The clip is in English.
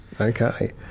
Okay